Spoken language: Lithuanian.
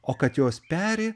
o kad jos peri